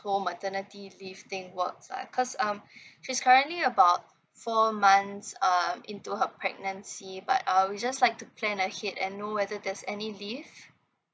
whole maternity leave thing works lah cause um she's currently about four months um into her pregnancy but uh we just like to plan ahead and know whether there's any leave